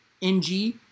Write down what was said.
NG